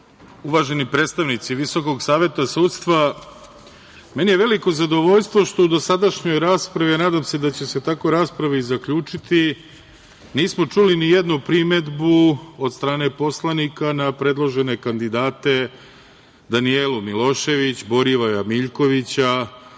uvaženi predstavnici Visokog saveta sudstva, meni je veliko zadovoljstvo što u dosadašnjoj raspravi, a nadam se da će se tako rasprava i zaključiti, nismo čuli nijednu primedbu od strane poslanika na predložene kandidate, Danijelu Milošević, Borivoja Miljkovića,